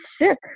sick